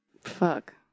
Fuck